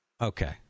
Okay